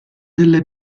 delle